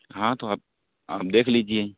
ہاں تو آپ آپ دیکھ لیجیے